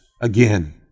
again